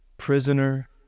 prisoner